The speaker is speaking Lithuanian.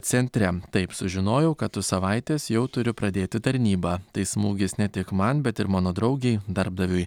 centre taip sužinojau kad už savaitės jau turiu pradėti tarnybą tai smūgis ne tik man bet ir mano draugei darbdaviui